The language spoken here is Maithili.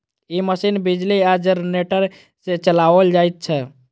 ई मशीन बिजली आ जेनेरेटर सॅ चलाओल जाइत छै